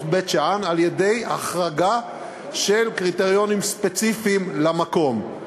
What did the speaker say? בית-שאן על-ידי החרגה של קריטריונים ספציפיים למקום.